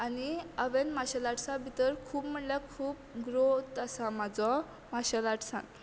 आनी हांवें मार्शेल आर्टसान भितर खूब म्हणल्यार खूब ग्रोत आसा म्हाजो मार्शेल आर्टसान